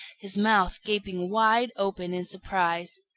his mouth gaping wide open in surprise.